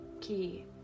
key